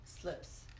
slips